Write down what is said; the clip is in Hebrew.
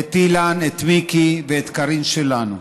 את אילן, את מיקי ואת קארין שלנו,